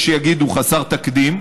יש שיגידו חסר תקדים,